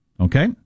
Okay